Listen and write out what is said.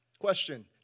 Question